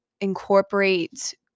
incorporate